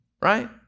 right